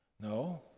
No